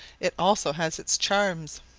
it also has its charms.